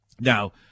Now